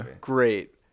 great